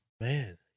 Man